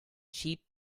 cheap